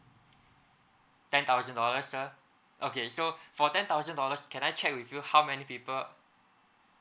ten thousand dollars sir okay so for ten thousand dollars can I check with you how many people